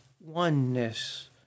oneness